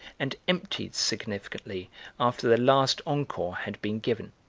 and emptied significantly after the last encore had been given.